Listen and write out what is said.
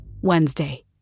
Wednesday